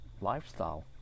lifestyle